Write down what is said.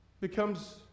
becomes